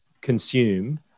consume